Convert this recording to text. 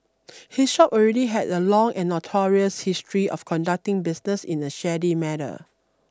his shop already had a long and notorious history of conducting business in a shady manner